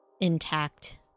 intact